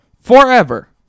Forever